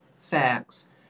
Facts